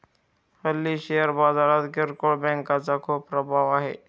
हल्ली शेअर बाजारात किरकोळ बँकांचा खूप प्रभाव आहे